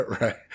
Right